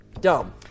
Dumb